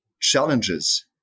challenges